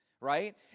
right